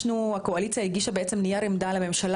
הקואליציה הגישה בעצם נייר עמדה לממשלה